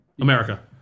America